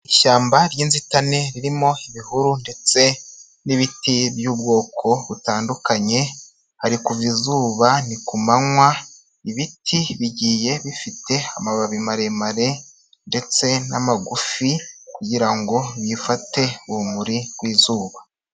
Ishyamba ry'inzitane ririmo ibihuru ndetse n'ibiti by'ubwoko butandukanye hari kuva izuba ni ku manywa ibiti bigiye bifite amababi maremare ndetse n'amagufi kugira ngo bifate urumuri rw'izuba.